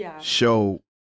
show